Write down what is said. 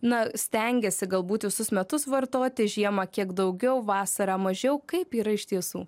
na stengiasi galbūt visus metus vartoti žiemą kiek daugiau vasarą mažiau kaip yra iš tiesų